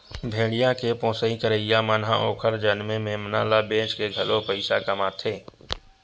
भेड़िया के पोसई करइया मन ह ओखर जनमे मेमना ल बेचके घलो पइसा कमाथे